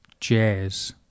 jazz